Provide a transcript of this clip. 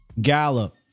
Gallup